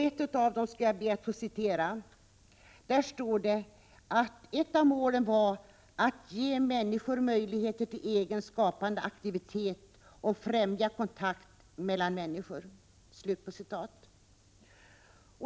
Ett av målen var att ge människor möjlighet till egen skapande aktivitet och främja kontakt mellan människor.